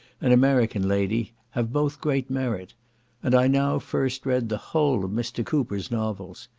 an american lady, have both great merit and i now first read the whole of mr. cooper's novels.